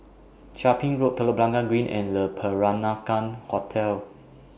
Chia Ping Road Telok Blangah Green and Le Peranakan Hotel